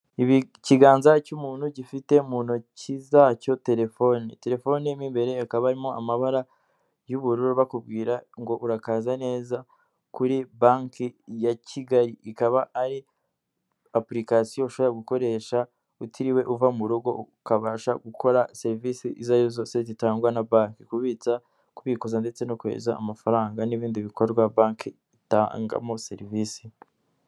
Ikiganza cy'umuntu gifite mu ntoki zacyo telefone. Telefoni mo imbere ikaba irimo amabara y'ubururu bakubwira ngo urakaza neza kuri banki ya Kigali. Ikaba ari apulikasiyo ushobora gukoresha utiriwe uva mu rugo ukabasha, gukora serivisi izo ariyo zose zitangwa na banki, kubitsa, kubikuza, ndetse no kohereza amafaranga, n'ibindi bikorwa banki itangamo serivisi.